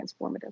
transformative